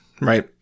right